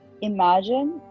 Imagine